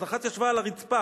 אז אחת ישבה על הרצפה".